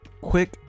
quick